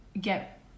get